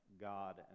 God